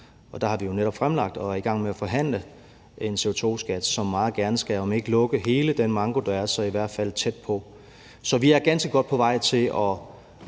Og der har vi jo netop fremlagt og er i gang med at forhandle en CO2-skat, som meget gerne skulle lukke om ikke hele den manko, der er, så i hvert fald komme tæt på. Så vi er ganske godt på vej til at